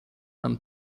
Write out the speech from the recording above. and